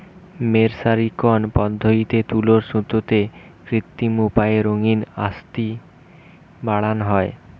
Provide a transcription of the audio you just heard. মের্সারিকরন পদ্ধতিতে তুলোর সুতোতে কৃত্রিম উপায়ে রঙের আসক্তি বাড়ানা হয়